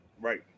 Right